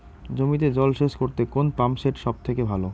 জমিতে জল সেচ করতে কোন পাম্প সেট সব থেকে ভালো?